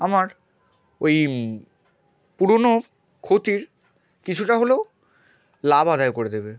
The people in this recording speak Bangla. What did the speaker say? আমার ওই পুরোনো ক্ষতির কিছুটা হলেও লাভ আদায় করে দেবে